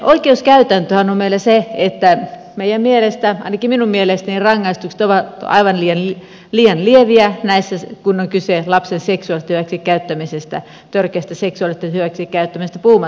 oikeuskäytäntöhän on meillä se että meidän mielestämme ainakin minun mielestäni rangaistukset ovat aivan liian lieviä näissä kun on kyse lapsen seksuaalisesta hyväksikäyttämisestä törkeästä seksuaalisesta hyväksikäyttämisestä puhumattakaan